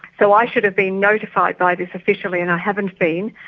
so i should've been notified by this officially and i haven't been.